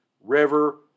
River